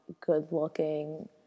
good-looking